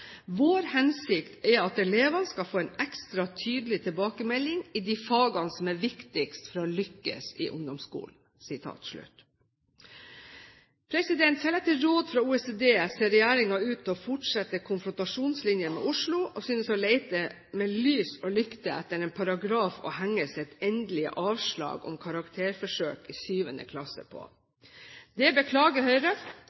hensikt er at elevene skal få en ekstra tydelig tilbakemelding i de fagene som er viktigst for å lykkes i ungdomsskolen.» Selv etter råd fra OECD ser regjeringen ut til å fortsette konfrontasjonslinjen med Oslo, og synes å lete med lys og lykte etter en paragraf å henge sitt endelige avslag om karakterforsøk i 7. klasse